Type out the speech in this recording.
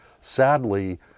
sadly